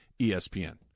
ESPN